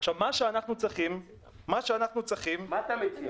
מה שאנחנו צריכים --- מה אתה מציע?